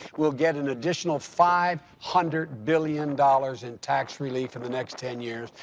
will get an additional five hundred billion dollars in tax relief in the next ten years,